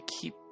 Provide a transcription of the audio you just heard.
keep